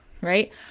right